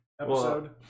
episode